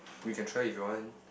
we can try if you want